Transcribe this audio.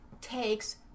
takes